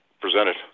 presented